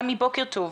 תמי, בוקר טוב.